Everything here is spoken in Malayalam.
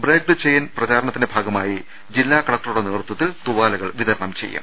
ബ്രെയ്ക്ക് ദ ചെയിൻ പ്രചാ രണത്തിന്റെ ഭാഗമായി ജില്ലാ കലക്ടറുടെ നേതൃത്വ ത്തിൽ തൂവാലകൾ വിതരണം ചെയ്യും